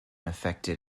affected